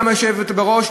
היושבת בראש,